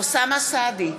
אוסאמה סעדי,